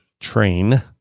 train